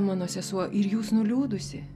mano sesuo ir jūs nuliūdusi